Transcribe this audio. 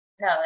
No